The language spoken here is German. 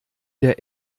der